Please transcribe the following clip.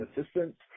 assistance